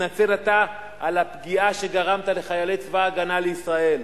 תתנצל אתה על הפגיעה שגרמת לחיילי צבא-הגנה לישראל.